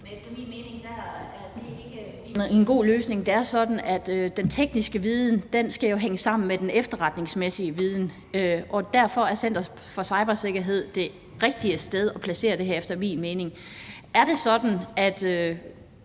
en god løsning. Det er sådan, at den tekniske viden jo skal hænge sammen med den efterretningsmæssige viden, og derfor er Center for Cybersikkerhed det rigtige sted at placere det her efter min mening. Er det sådan, at